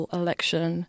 election